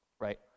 Right